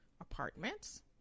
Apartments